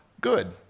good